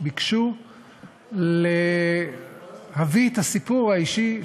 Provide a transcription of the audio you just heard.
ביקשו להביא את הסיפור האישי שלהן.